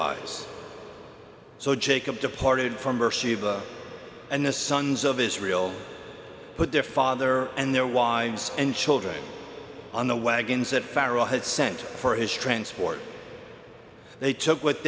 eyes so jacob departed from berseba and the sons of israel put their father and their wives and children on the wagons that pharaoh had sent for his transport they took with